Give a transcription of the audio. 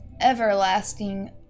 everlasting